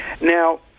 Now